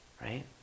right